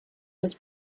was